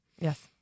Yes